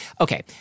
Okay